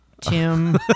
Tim